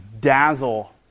dazzle